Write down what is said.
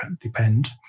depend